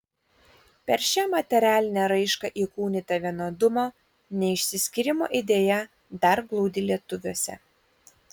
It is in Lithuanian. per šią materialinę raišką įkūnyta vienodumo neišsiskyrimo idėja dar glūdi lietuviuose